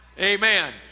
amen